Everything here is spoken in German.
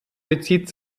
bezieht